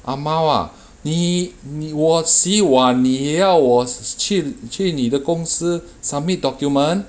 ah mao ah 你你我洗碗你要我去去你的公司 submit document